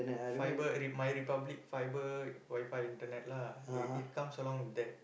fibre Re~ My-Republic fibre WiFi internet lah it comes along with that